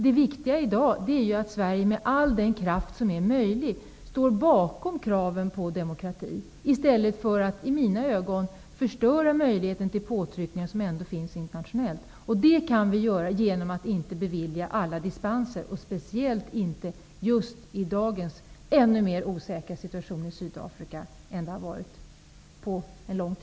Det viktiga i dag är emellertid att Sverige med all den kraft som är möjlig står bakom kraven på demokrati i stället för att, i mina ögon, förstöra möjligheten till påtryckningar som ändå finns internationellt. Det kan vi göra genom att inte bevilja alla despenser, speciellt inte i dagens situation i Sydafrika, som är ännu mer osäker än den har varit på länge.